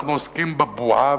אנחנו עוסקים בבועה,